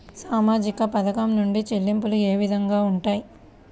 సామాజిక పథకం నుండి చెల్లింపులు ఏ విధంగా ఉంటాయి?